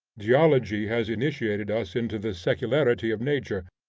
geology has initiated us into the secularity of nature,